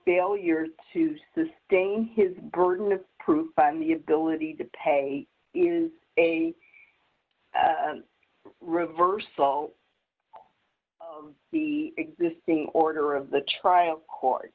failures to sustain his burden of proof on the ability to pay is a reversal of the existing order of the trial court